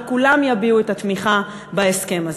וכולם יביעו את התמיכה בהסכם הזה.